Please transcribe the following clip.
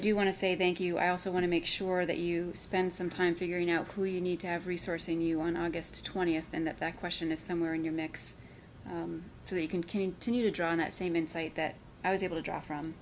do want to say thank you i also want to make sure that you spend some time figuring out who you need to have resource in you on august twentieth and that that question is somewhere in your mix so you can continue to draw on that same insight that i was able to draw from